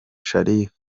sharifa